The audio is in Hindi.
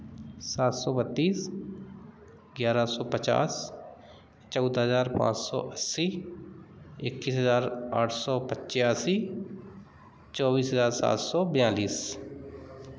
सात सौ बत्तीस ग्यारह सौ पचास चौदह हज़ार पाँच सौ अस्सी इक्कीस हज़ार आठ सौ पचासी चौबीस हज़ार सात सौ बयालीस